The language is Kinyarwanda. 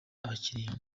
abakiriya